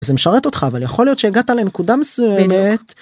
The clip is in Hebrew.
זה משרת אותך אבל יכול להיות שהגעת לנקודה מסוימת.